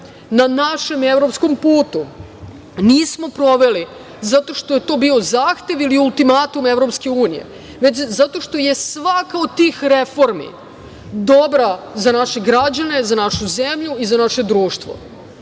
na našem evropskom putu nismo proveli zato što je to bio zahtev ili ultimatum EU, već zato što je svaka od tih reformi dobra za naše građane, za našu zemlju i za naše društvo. Ona